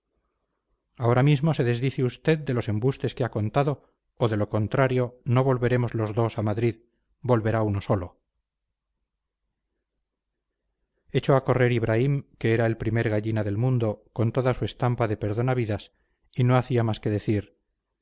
ahora mismo se desdice usted de los embustes que ha contado o de lo contrario no volveremos los dos a madrid volverá uno solo echó a correr ibraim que era el primer gallina del mundo con toda su estampa de perdona vidas y no hacía más que decir